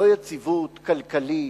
לא יציבות כלכלית.